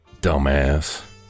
Dumbass